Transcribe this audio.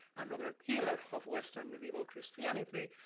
another ah pillar of western medieval christianity,